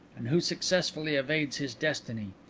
and who successfully evades his destiny?